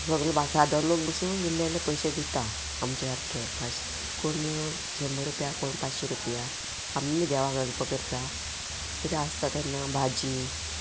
सगले सादो लोक बसो इल्ले इल्ले पयशे दिता आमचे सारके कोण शंबर रुपया कोण पांचशे रुपया आमी देवाक हेल्प करता कितें आसता तेन्ना भाजी